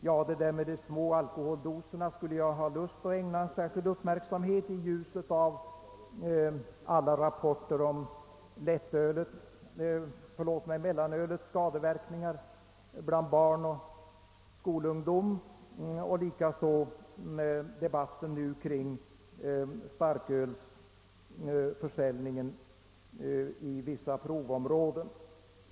Ja, det där med de små alkoholdoserna skulle jag haft lust att ägna särskild uppmärksamhet i belysning av alla rapporter om mellanölets skadeverkningar bland barn och skolungdom liksom mot bakgrund av debatten kring den friare starkölsförsäljningen i vissa provområden.